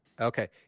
Okay